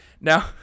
Now